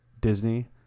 Disney